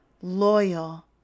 loyal